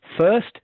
First